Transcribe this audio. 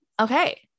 okay